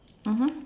mmhmm